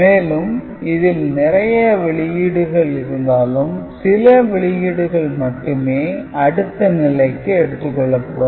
மேலும் இதில் நிறைய வெளியீடுகள் இருந்தாலும் சில வெளியீடுகள் மட்டுமே அடுத்த நிலைக்கு எடுத்துக் கொள்ளப்படும்